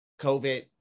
COVID